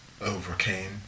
overcame